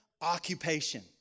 occupation